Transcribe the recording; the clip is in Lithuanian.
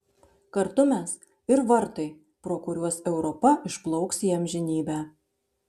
kartu mes ir vartai pro kuriuos europa išplauks į amžinybę